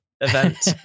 event